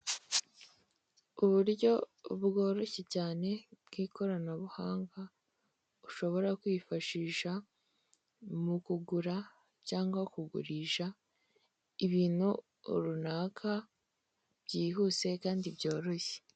Uburyo bworoshye cyane bw'ikoranabuhanga ushobora kwifashisha mu kugura cyangwa kugurisha ibintu runaka byihuse kandi byoroshye.